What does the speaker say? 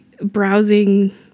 browsing